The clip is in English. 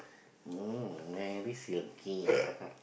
um very silky ah